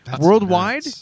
worldwide